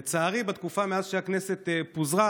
לצערי, בתקופה מאז שהכנסת פוזרה